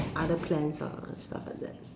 other plans ah stuff like that mm